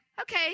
okay